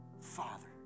Father